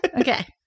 Okay